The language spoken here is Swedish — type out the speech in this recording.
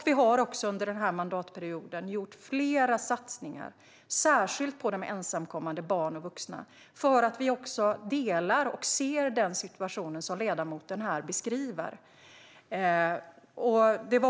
Vi har också under mandatperioden gjort flera satsningar särskilt på ensamkommande barn och vuxna eftersom vi ser den situation som ledamoten här beskriver.